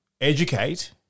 educate